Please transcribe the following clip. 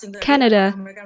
Canada